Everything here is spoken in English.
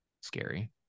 Scary